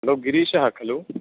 hello गिरीशः खलु